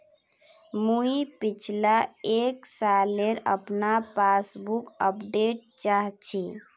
मुई पिछला एक सालेर अपना पासबुक अपडेट चाहची?